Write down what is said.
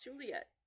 juliet